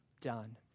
done